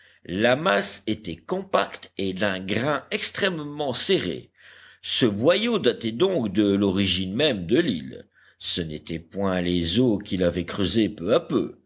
la masse était compacte et d'un grain extrêmement serré ce boyau datait donc de l'origine même de l'île ce n'étaient point les eaux qui l'avaient creusé peu à peu